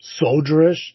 soldierish